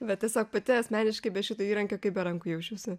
bet tiesiog pati asmeniškai be šito įrankio kaip be rankų jausčiausi